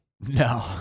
No